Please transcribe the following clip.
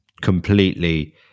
completely